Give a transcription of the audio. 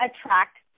attract